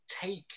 take